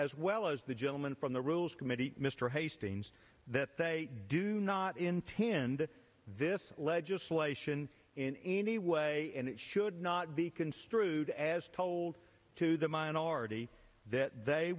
as well as the gentleman from the rules committee mr hastings that they do not intend this legislation in any way and it should not be construed as told to the minority that they